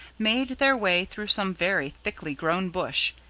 made their way through some very thickly-grown bush.